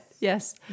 Yes